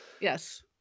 Yes